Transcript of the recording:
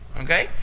Okay